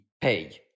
pay